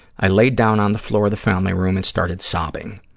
i laid down on the floor of the family room and started sobbing.